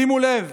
שימו לב: